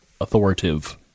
authoritative